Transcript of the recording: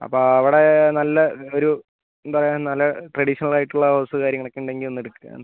അപ്പം അവിടെ നല്ല ഒരു എന്തായാലും നല്ല ട്രഡീഷണൽ ആയിട്ടുള്ള ഹൗസ് കാര്യങ്ങളൊക്കെ ഉണ്ടെങ്കിൽ ഒന്ന് എടുക്കാൻ